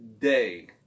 day